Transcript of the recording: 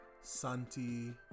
Santi